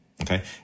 okay